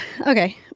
Okay